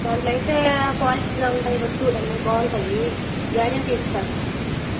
దానిలో అయితే క్వాలిటీగా ఉంటాయి వస్తువులన్ని బాగుంటాయి గ్యారెంటీ ఇస్తాను